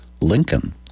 Lincoln